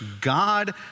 God